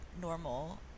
normal